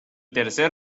tercer